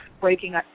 breaking